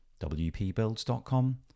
wpbuilds.com